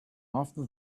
after